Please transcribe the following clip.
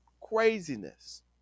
Craziness